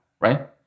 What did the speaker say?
right